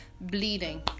bleeding